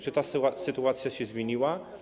Czy ta sytuacja się zmieniła?